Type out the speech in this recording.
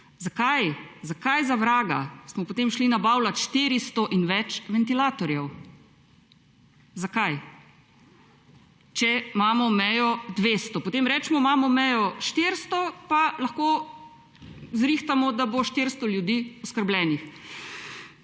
Zakaj, zakaj za vraga smo potem šli nabavljat 400 in več ventilatorjev? Zakaj, če imamo mejo 200? Potem imamo recimo mejo 400 pa lahko zrihtamo, da bo 400 ljudi oskrbljenih.